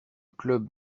club